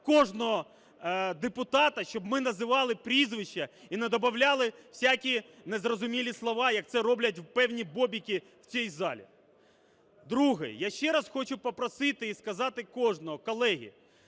кожного депутата, щоб ми називали прізвище і не добавляли всякі незрозумілі слова, як це роблять певні "бобики" в цій залі. Друге. Я ще раз хочу попросити і сказати кожному. Колеги,